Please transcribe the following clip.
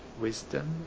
wisdom